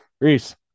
Reese